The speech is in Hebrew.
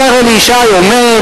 השר אלי ישי אומר: